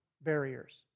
barriers